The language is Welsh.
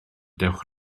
dewch